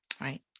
right